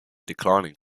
declining